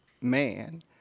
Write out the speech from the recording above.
man